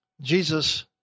Jesus